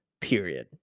Period